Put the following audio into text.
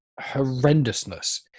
horrendousness